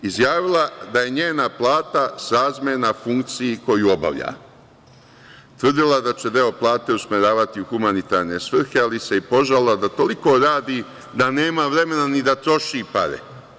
Izjavila je da je njena plata srazmerna funkciji koju obavlja, tvrdila da će deo plate usmeravati u humanitarne svrhe, ali se i požalila da toliko radi da nema vremena ni da troši pare.